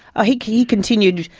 he he continued,